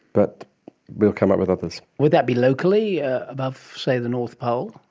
but we will come up with others. would that be locally, ah above, say, the north pole?